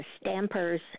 stampers